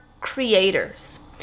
creators